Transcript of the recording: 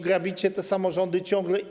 Grabicie te samorządy ciągle.